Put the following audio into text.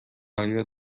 آیا